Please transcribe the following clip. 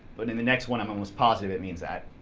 but in the next one i'm almost positive it means that.